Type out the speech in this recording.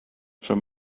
from